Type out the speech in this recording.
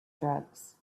drugs